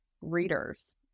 readers